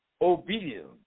obedience